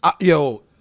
Yo